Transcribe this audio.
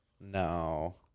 No